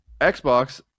Xbox